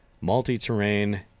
multi-terrain